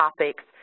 topics